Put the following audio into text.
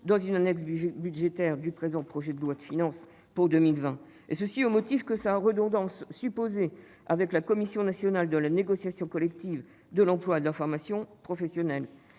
dans une annexe budgétaire au présent projet de loi de finances, au motif de sa redondance supposée avec la Commission nationale de la négociation collective, de l'emploi et de la formation professionnelle.